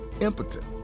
impotent